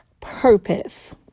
purpose